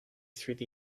through